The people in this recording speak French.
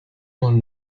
dans